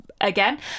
again